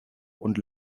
und